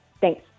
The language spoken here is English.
Thanks